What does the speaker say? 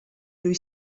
lui